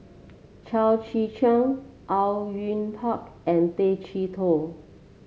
Chao Tzee Cheng Au Yue Pak and Tay Chee Toh